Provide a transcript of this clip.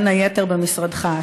בין היתר במשרדך.